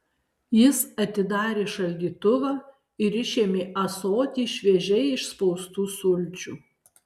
jis atidarė šaldytuvą ir išėmė ąsotį šviežiai išspaustų sulčių